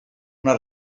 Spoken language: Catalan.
una